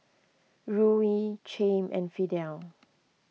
Ruie Chaim and Fidel